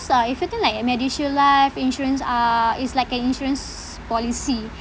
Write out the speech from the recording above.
uh if you think like uh MediShield life insurance uh it's like a insurance policy